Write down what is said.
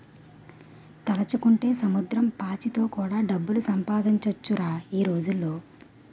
తలుచుకుంటే సముద్రం పాచితో కూడా డబ్బులు సంపాదించొచ్చురా ఈ రోజుల్లో